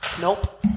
Nope